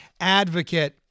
advocate